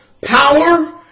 power